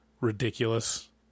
ridiculous